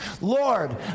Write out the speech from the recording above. Lord